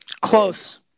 Close